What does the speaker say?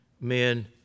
men